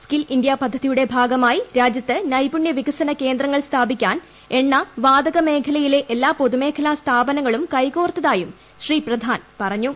skill India പദ്ധതിയുടെ ഭാഗമായി രാജ്യത്ത് നൈപുണ്യ വികസന കേന്ദ്രങ്ങൾ സ്ഥാപിക്കാൻ എണ്ണ വാതക മേഖലയിലെ എല്ലാ പൊതുമേഖലാ സ്ഥാപനങ്ങളും കൈകോർത്തതായും ശ്രീ പ്രധാൻ പറഞ്ഞു